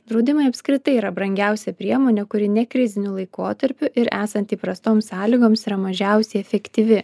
draudimai apskritai yra brangiausia priemonė kuri nekriziniu laikotarpiu ir esant įprastoms sąlygoms yra mažiausiai efektyvi